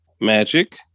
Magic